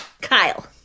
Kyle